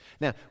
now